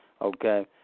okay